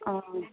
অঁ